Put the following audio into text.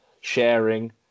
sharing